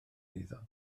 eiddo